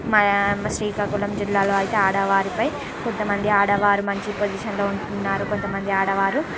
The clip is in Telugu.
మా శ్రీకాకుళం జిల్లాలో అయితే ఆడవారిపై కొంతమంది ఆడవారు మంచి పొజిషన్లో ఉంటున్నారు కొంతమంది ఆడవారు